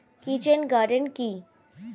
Kitchen gardening কি?